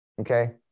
okay